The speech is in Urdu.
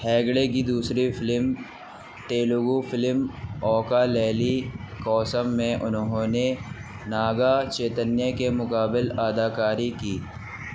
ہیگڑے کی دوسری فلم تیلگو فلم اوکا لیلی کوسم میں انہوں نے ناگا چیتنیا کے مقابل اداکاری کی